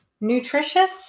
nutritious